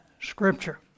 Scripture